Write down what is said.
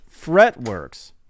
Fretworks